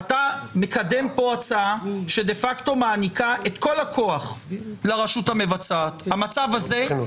מקעקע את כל היסודות שמוכרים לנו איך מבוצעת חקיקה,